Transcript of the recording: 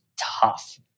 tough